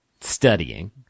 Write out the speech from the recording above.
Studying